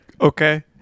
Okay